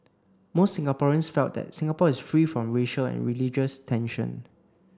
most Singaporeans felt that Singapore is free from racial and religious tension